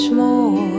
more